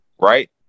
Right